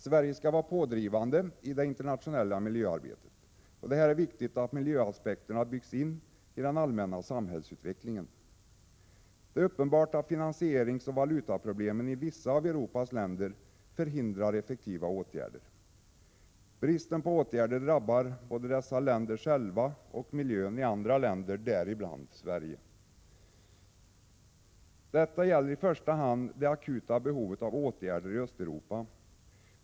Sverige skall vara pådrivande i det internationella miljöarbetet, och det är viktigt att miljöaspekterna byggs in i den allmänna samhällsutvecklingen. Det är uppenbart att finansieringsoch valutaproblemen i vissa av Europas länder förhindrar effektiva åtgärder. Bristen på åtgärder drabbar både dessa länder själva och miljön i andra länder, däribland Sverige. Detta gäller i första hand det akuta behovet av åtgärder i Östeuropa.